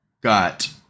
got